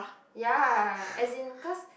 ya as in cause